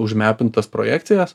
užmepintas projekcijas